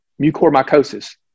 mucormycosis